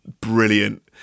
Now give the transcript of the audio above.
brilliant